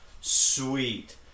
sweet